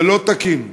זה לא תקין.